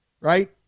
right